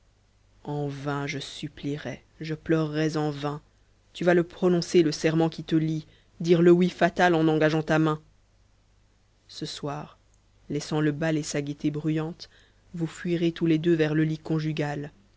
en vain je supplierais je pleurerais en vain tu vas le prononcer le serment qui te lie dire le oui fatal en engageant ta main ce soir laissant le bal et sa gaîté bruyante vous fuirez tous les deux vers le lit conjugal